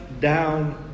down